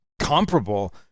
comparable